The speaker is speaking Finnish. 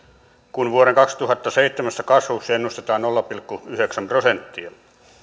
kun vuoden kaksituhattaseitsemäntoista kasvuksi ennustetaan nolla pilkku yhdeksän prosenttia